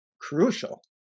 crucial